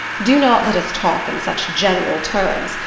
do not let us talk in such general terms.